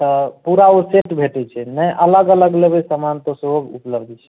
तऽ पूरा ओ सेट भेटै छै नहि अलग अलग लेबै सामान तऽ सेहो उपलब्ध छै